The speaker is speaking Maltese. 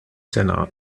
sena